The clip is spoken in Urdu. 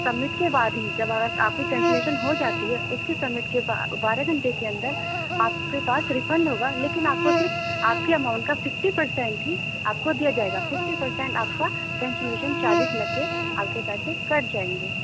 سبمٹ کے بعد ہی جب اگر آپ کینسلیشن ہو جاتی ہے اس کی سبمٹ کے بارہ گھنٹے کے اندر آپ کے پاس ریفنڈ ہوگا لیکن آپ کو صرف آپ کے اماؤنٹ کا ففٹی پرسینٹ ہی آپ کو دیا جائے گا ففٹی پرسینٹ آپ کا کینسلیشن چارجز لگ کے آپ کے پیسے کٹ جائیں گے